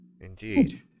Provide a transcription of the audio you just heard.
Indeed